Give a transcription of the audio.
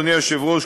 אדוני היושב-ראש,